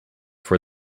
for